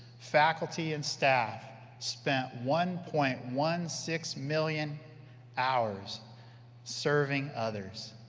faculty and staff spent one point one six million hours serving others.